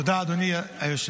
תודה, אדוני היושב-ראש.